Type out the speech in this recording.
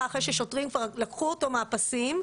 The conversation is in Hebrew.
אחרי ששוטרים כבר לקחו אותו מהפסים,